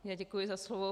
Já děkuji za slovo.